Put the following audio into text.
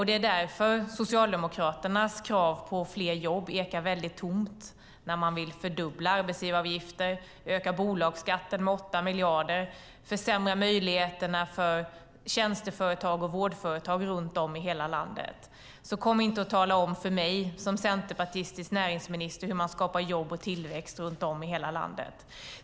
Det är därför Socialdemokraternas krav på fler jobb ekar väldigt tomt när man vill fördubbla arbetsgivaravgifter, öka bolagsskatten med 8 miljarder, försämra möjligheterna för tjänsteföretag och vårdföretag runt om i hela landet. Kom inte och tala om för mig som centerpartistisk näringsminister hur man skapar jobb och tillväxt runt om i hela landet!